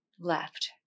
left